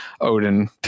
Odin